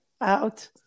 out